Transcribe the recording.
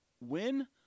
win